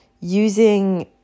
using